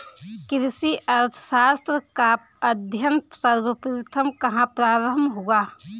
कृषि अर्थशास्त्र का अध्ययन सर्वप्रथम कहां प्रारंभ हुआ?